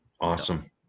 Awesome